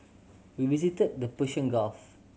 we visited the Persian Gulf